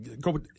go